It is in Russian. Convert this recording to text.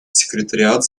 секретариат